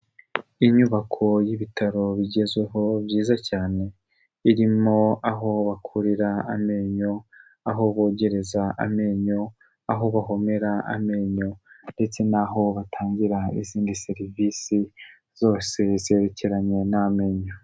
inyubako y'ibitaro bigezweho byiza cyane irimo aho bakurira amenyo, aho bogereza amenyo, aho bahomera amenyo, ndetse n'aho batangi izindi serivisi zose zerekeranye n'amenyo.